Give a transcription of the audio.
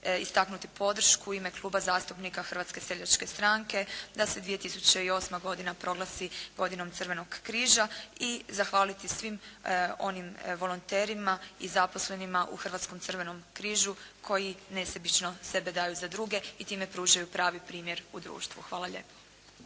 istaknuti podršku u ime Kluba zastupnika Hrvatske seljačke stranke da se 2008. godina proglasi godinom Crvenog križa i zahvaliti svim onim volonterima i zaposlenima u Hrvatskom crvenom križu koji nesebično sebe daju za druge i time pružaju pravi primjer u društvu. Hvala lijepo.